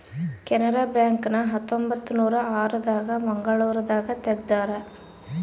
Canara bank ನ ಹತ್ತೊಂಬತ್ತನೂರ ಆರ ದಾಗ ಮಂಗಳೂರು ದಾಗ ತೆಗ್ದಾರ